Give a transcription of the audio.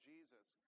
Jesus